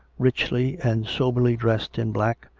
richly and soberly dressed in black,